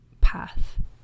path